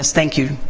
ah thank you,